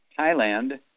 Thailand